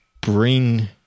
bring